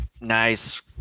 nice